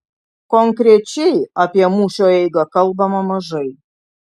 konkrečiai apie mūšio eigą kalbama mažai